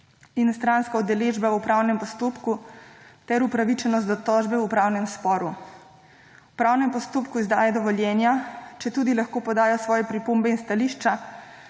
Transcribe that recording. in stranska udeležba o upravnem postopku ter upravičenost do tožbe v upravnem sporu. V upravnem postopku izdaje dovoljenja, četudi lahko podajo svoje pripombe in stališča,